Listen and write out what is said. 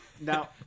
Now